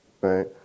right